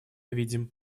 видим